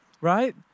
right